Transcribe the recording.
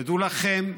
תדעו לכם,